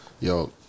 yo